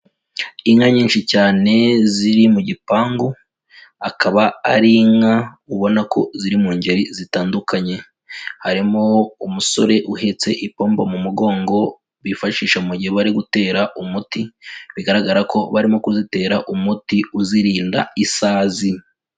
Inka nyinshi cyane ziri mu gipangu, akaba ari inka ubona ko ziri mu ngeri zitandukanye. Harimo umusore uhetse ipombo mu mugongo bifashisha mu gihe bari gutera umuti, bigaragara ko barimo kuzitera umuti uzirinda isazi.